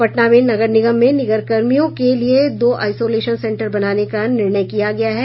पटना में नगर निगम में निगम कर्मियों के लिये दो आइसोलेशन सेंटर बनाने का निर्णय किया है